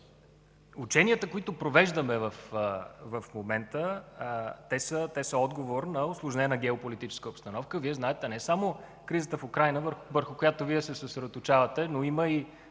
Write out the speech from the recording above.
ученията, които провеждаме в момента, са отговор на усложнена геополитическа обстановка. Вие знаете, не е само кризата в Украйна, върху която Вие се съсредоточавате. Има